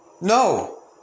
No